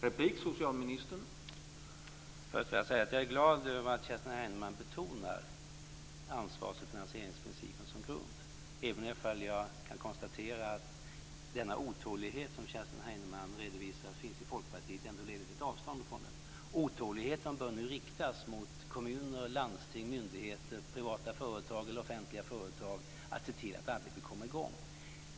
Herr talman! Först vill jag säga att jag är glad över att Kerstin Heinemann betonar ansvars och finansieringsprincipen som grund även ifall jag kan konstatera att den otålighet som Kerstin Heinemann redovisar finns i Folkpartiet ändå leder till ett avstånd från den. Otåligheten bör nu riktas mot kommuner, landsting, myndigheter, privata företag eller offentliga företag och på att se till att arbetet kommer i gång.